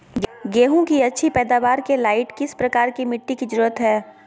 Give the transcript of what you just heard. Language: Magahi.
गेंहू की अच्छी पैदाबार के लाइट किस प्रकार की मिटटी की जरुरत है?